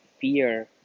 fear